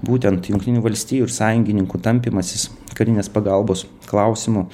būtent jungtinių valstijų ir sąjungininkų tampymasis karinės pagalbos klausimu